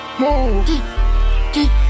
move